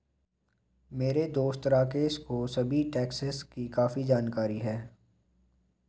मेरे दोस्त राकेश को सभी टैक्सेस की काफी जानकारी है